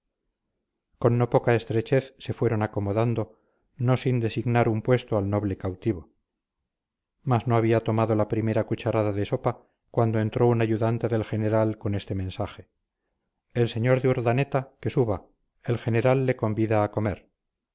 con no poca estrechez se fueron acomodando no sin designar un puesto al noble cautivo mas no había tomado la primera cucharada de sopa cuando entró un ayudante del general con este mensaje el señor de urdaneta que suba el general le convida a comer